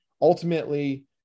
Ultimately